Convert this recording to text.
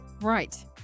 Right